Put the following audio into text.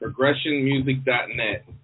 progressionmusic.net